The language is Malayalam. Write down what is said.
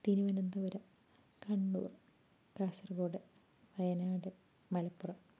തിരുവനന്തപുരം കണ്ണൂർ കാസർഗോഡ് വയനാട് മലപ്പുറം